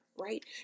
right